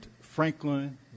Franklin